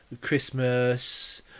Christmas